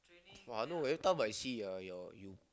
!wah! no everytime I see pahp your you